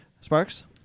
Sparks